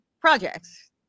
projects